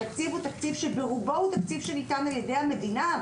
התקציב ניתן, ברובו, על ידי המדינה.